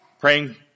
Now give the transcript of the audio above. Praying